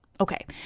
Okay